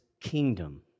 kingdom